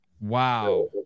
wow